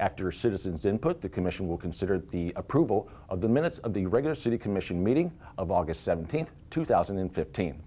after citizens input the commission will consider the approval of the minutes of the regular city commission meeting of aug seventeenth two thousand and fifteen